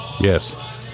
Yes